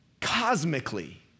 Cosmically